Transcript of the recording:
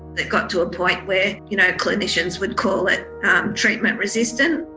it got to a point where you know clinicians would call it treatment resistant.